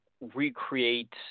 recreate